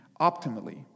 optimally